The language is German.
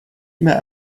immer